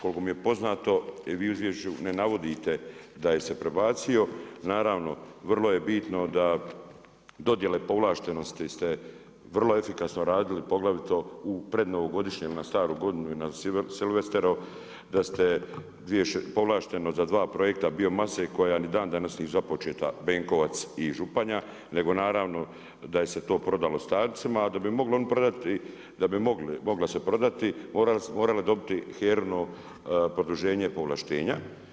Koliko mi je poznato vi u izvješću ne navodite da je se prebacio, naravno vrlo je bitno da dodjele povlaštenosti ste vrlo efikasno radili poglavito u prednovogodišnjem, na staru godinu i na silvestero da ste, povlašteno za 2 projekta biomase koja ni dan danas nisu započeta Benkovac i Županja nego naravno da se je to prodalo starcima a da bi mogli oni prodati, da bi mogla se prodati morala je dobiti HERA-ino produženje povlaštenja.